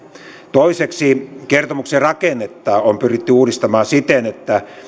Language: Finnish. toiseksi kertomuksen rakennetta on pyritty uudistamaan siten että